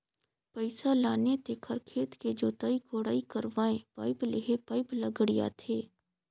पइसा लाने तेखर खेत के जोताई कोड़ाई करवायें पाइप लेहे पाइप ल गड़ियाथे